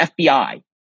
FBI